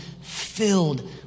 filled